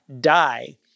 die